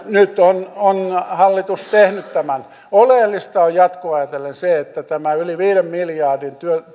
nyt on on hallitus tehnyt tämän oleellista on jatkoa ajatellen että tämä yli viiden miljardin